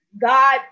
God